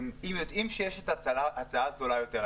אם יש הצעה זולה יותר,